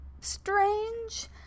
Strange